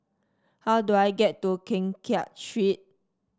how do I get to Keng Kiat Street